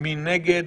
מי נגד?